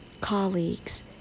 colleagues